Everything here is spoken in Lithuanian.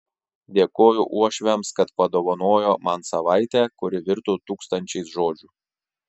dėkoju uošviams kad padovanojo man savaitę kuri virto tūkstančiais žodžių